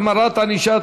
החמרת ענישה),